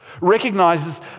recognizes